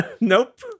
Nope